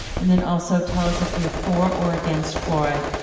and then also tell us if you're for or against fluoride.